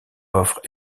offre